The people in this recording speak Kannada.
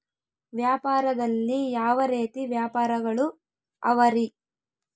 ವ್ಯಾಪಾರದಲ್ಲಿ ಯಾವ ರೇತಿ ವ್ಯಾಪಾರಗಳು ಅವರಿ?